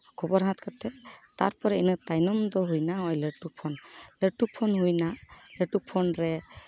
ᱠᱷᱚᱵᱚᱨ ᱦᱟᱛ ᱠᱟᱛᱮᱫ ᱛᱟᱨᱯᱚᱨᱮ ᱤᱱᱟᱹ ᱛᱟᱭᱱᱚᱢ ᱫᱚ ᱦᱩᱭᱱᱟ ᱦᱚᱸᱜᱼᱚᱭ ᱞᱟᱹᱴᱩ ᱯᱷᱩᱱ ᱞᱟᱹᱴᱩ ᱯᱷᱩᱱ ᱦᱩᱭᱱᱟ ᱞᱟᱹᱴᱩ ᱯᱷᱩᱱ ᱨᱮ